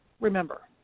remember